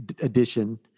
edition